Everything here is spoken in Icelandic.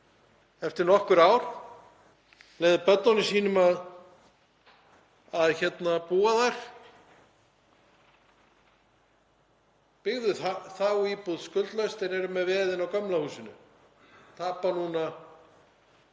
eftir nokkur ár, með börnunum sínum að búa þar, byggðu þá íbúð skuldlaust en eru með veðið á gamla húsinu og tapa núna